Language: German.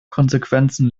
konsequenzen